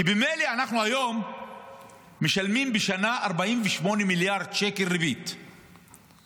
כי ממילא היום אנחנו משלמים 48 מיליארד שקל ריבית בשנה.